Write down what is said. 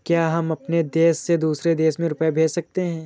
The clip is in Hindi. क्या हम अपने देश से दूसरे देश में रुपये भेज सकते हैं?